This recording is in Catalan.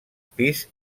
pis